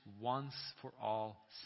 once-for-all